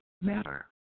matter